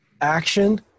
action